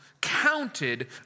counted